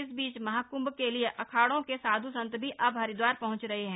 इस बीच महाकृंभ के लिए अखाड़ों के साध् संत भी अब हरिद्वार पहंच रहे हैं